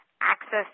access